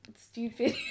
stupid